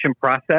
process